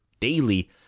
daily